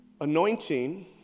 anointing